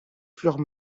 fleurs